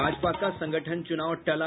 भाजपा का संगठन चुनाव टला